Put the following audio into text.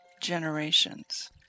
generations